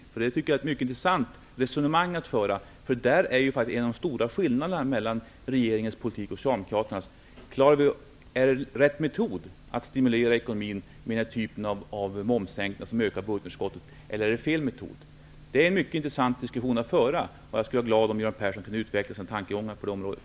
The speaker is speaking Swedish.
Jag tycker att detta är ett mycket intressant resonemang. Där finns ju faktiskt en av de stora skillnaderna mellan regeringens och Socialdemokraternas politik. Är det rätt metod att stimulera ekonomin med den typ av momssänkningar som ökar underskottet, eller är det fel metod? Det är en mycket intressant diskussion att föra. Jag skulle vara glad om Göran Persson kunde utveckla sina tankegångar på det området.